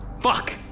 Fuck